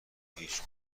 هیچ